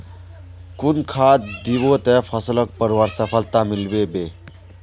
कुन खाद दिबो ते फसलोक बढ़वार सफलता मिलबे बे?